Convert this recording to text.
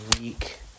week